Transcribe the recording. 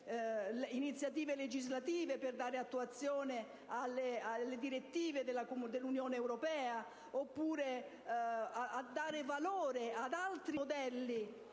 iniziative legislative per dare attuazione alle direttive dell'Unione europea, oppure la valorizzazione di altri modelli